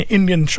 Indian